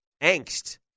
angst